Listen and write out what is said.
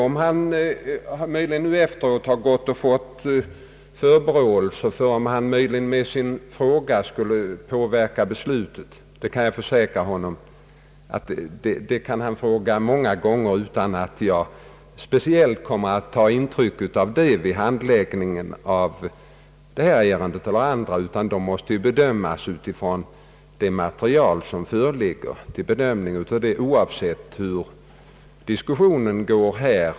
Om han möjligen nu efteråt har fått samvetsförebråelser för att hans fråga eventuellt skulle påverka beslutet, så kan jag försäkra honom att han kan interpellera många gånger om utan att jag speciellt kommer att ta intryck därav vid handläggningen av detta eller andra ärenden. Varje sådan fråga måste bedömas utifrån det material som föreligger, oavsett hur diskus« sionen går här.